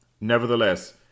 nevertheless